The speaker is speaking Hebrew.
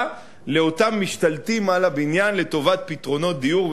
לאותם משתלטים על הבניין לטובת פתרונות דיור,